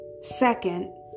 second